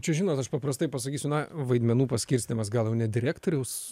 čia žinot aš paprastai pasakysiu na vaidmenų paskirstymas gal jau ne direktoriaus